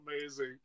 amazing